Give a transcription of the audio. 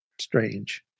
strange